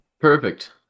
Perfect